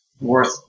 worth